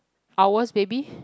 owl's baby